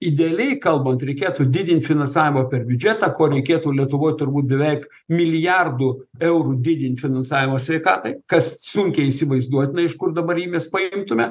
idealiai kalbant reikėtų didint finansavimo per biudžetą ko reikėtų lietuvoj turbūt beveik milijardu eurų didint finansavimą sveikai kas sunkiai įsivaizduotina iš kur dabar jį mes paimtume